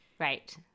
Right